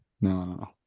No